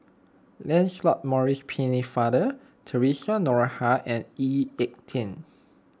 Lancelot Maurice Pennefather theresa Noronha and Lee Ek Tieng